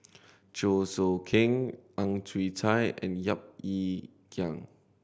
Chew Choo Keng Ang Chwee Chai and Yap Ee Chian